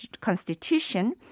Constitution